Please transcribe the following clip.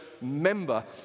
member